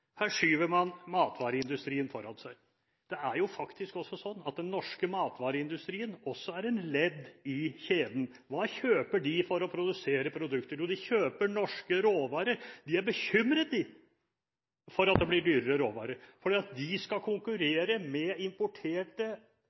skyver man matvareindustrien foran seg. Det er jo faktisk sånn at den norske matvareindustrien også er et ledd i kjeden. Hva kjøper de for å produsere produkter? Jo, de kjøper norske råvarer. De er bekymret for at det blir dyrere råvarer, for de skal konkurrere med importerte